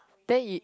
then